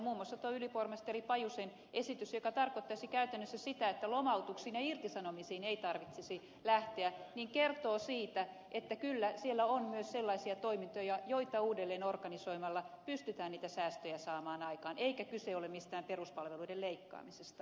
muun muassa ylipormestari pajusen esitys joka tarkoittaisi käytännössä sitä että lomautuksiin ja irtisanomisiin ei tarvitsisi lähteä kertoo siitä että kyllä siellä on myös sellaisia toimintoja joita uudelleen organisoimalla pystytään niitä säästöjä saamaan aikaan eikä kyse ole mistään peruspalveluiden leikkaamisesta